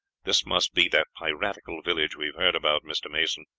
this must be that piratical village we have heard about, mr. mason,